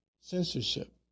Censorship